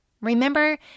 Remember